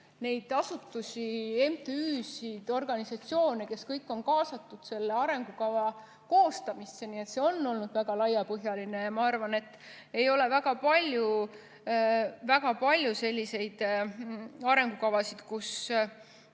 neid asutusi, MTÜ‑sid, organisatsioone, kes kõik olid kaasatud selle arengukava koostamisse. Nii et see on olnud väga laiapõhjaline. Ma arvan, et ei ole väga palju selliseid arengukavasid, kus